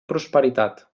prosperitat